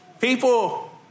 people